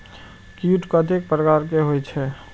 कीट कतेक प्रकार के होई छै?